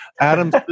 Adam